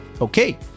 Okay